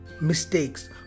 mistakes